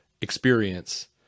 experience